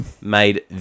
made